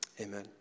Amen